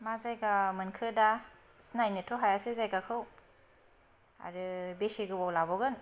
मा जायगा मोनखो दा सिनायनोथ' हायासै जायगाखौ आरो बेसे गोबाव लाबावगोन